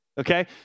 Okay